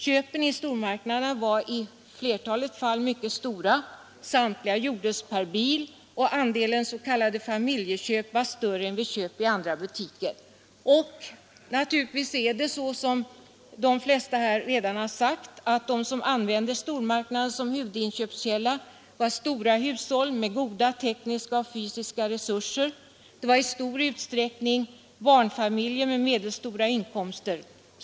Köpen i stormarknaderna var i flertalet fall mycket stora, samtliga gjordes per bil och andelen s.k. familjeköp var större än vid köp vid andra butiker. Naturligtvis är det så, som de flesta här redan sagt, att de som använder stormarknaden som huvudinköpskälla har stora hushåll med goda tekniska och fysiska resurser. Det var i stor utsträckning barnfamiljer med medelstora inkomster.